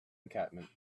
encampment